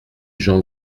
jean